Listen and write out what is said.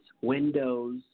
windows